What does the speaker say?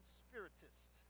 spiritist